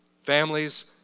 Families